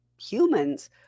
humans